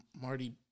Marty